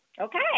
Okay